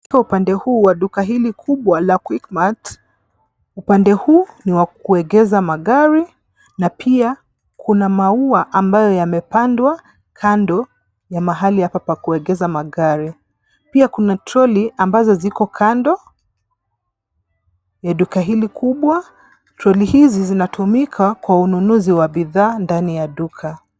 Katika upande huu wa duka hili kubwa la Quickmart, upande huu ni wa kuegesha magari na pia kuna maua ambayo yamepandwa, kando ya mahali hapa pakuegesha magari. Pia kuna toroli ambazo ziko kando ya duka hili kubwa. Toroli hizi zinatumika kwa ununuzi wa bidhaa ndani ya duka.